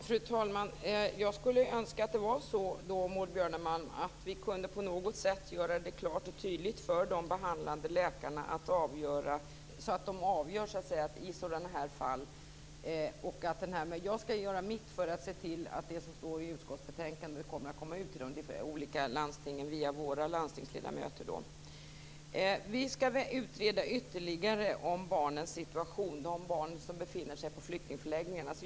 Fru talman! Maud Björnemalm! Jag skulle önska att vi på något sätt kunde göra det hela klart och tydligt för de behandlande läkarna när de avgör sådana här fall. Men jag skall göra mitt för att se till att det som står i utskottsbetänkandet kommer ut till de olika landstingen via Vänsterpartiets landstingsledamöter. Vi skall utreda barnens - de barn som befinner sig på flyktinganläggningarna - situation ytterligare, sägs det nu.